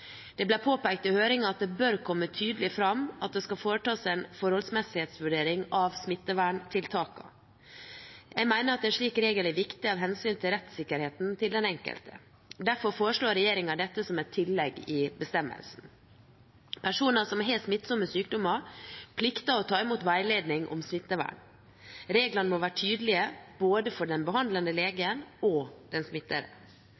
Det ble påpekt i høringen at det bør komme tydelig fram at det skal foretas en forholdsmessighetsvurdering av smitteverntiltakene. Jeg mener at en slik regel er viktig av hensyn til rettssikkerheten til den enkelte. Derfor foreslår regjeringen dette som et tillegg i bestemmelsen. Personer som har smittsomme sykdommer, plikter å ta imot veiledning om smittevern. Reglene må være tydelige – både for den behandlende